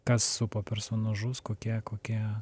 kas supa personažus kokie kokie